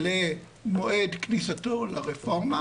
למועד כניסתו לרפורמה,